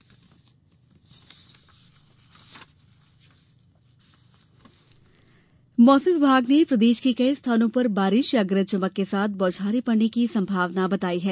मौसम मौसम विभाग ने प्रदेश के कई स्थानों पर बारिश या गरज चमक के साथ बौछारें पड़ने की संभावना बताई है